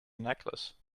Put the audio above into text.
necklace